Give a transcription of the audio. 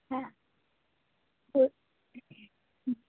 হ্যাঁ হুম হুম